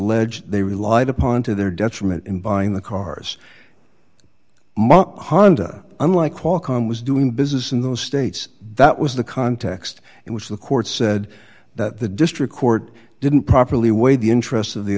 alleged they relied upon to their detriment in buying the cars mark honda unlike qualcomm was doing business in those states that was the context in which the court said that the district court didn't properly weigh the interests of the